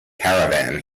caravan